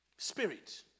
Spirit